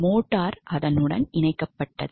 motor அதனுடன் இணைக்கப்பட்டது